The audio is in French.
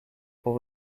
pour